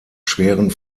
schweren